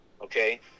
okay